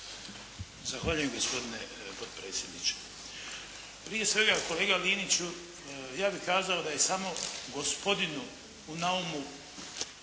Zahvaljujem gospodine potpredsjedniče. Prije svega, kolega Liniću, ja bih kazao da je samo gospodinu u naumu